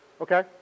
okay